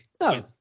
No